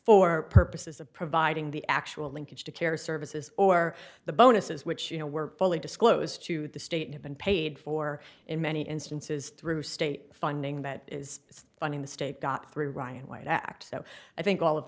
for purposes of providing the actual linkage to care services or the bonuses which you know were fully disclosed to the state had been paid for in many instances through state funding that is funding the state got three ryan white act so i think all of